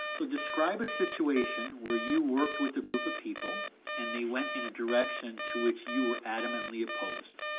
so describe a situation where you worked with a group of people and they went in a direction to which you were adamantly opposed.